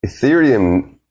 Ethereum